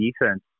defense